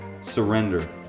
surrender